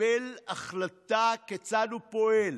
לקבל החלטה כיצד הוא פועל: